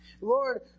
Lord